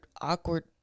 awkward